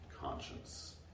conscience